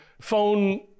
phone